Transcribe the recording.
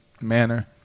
manner